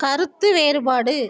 கருத்து வேறுபாடு